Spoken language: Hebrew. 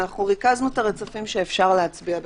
אנחנו ריכזנו את הרצפים שאפשר להצביע בקבוצות.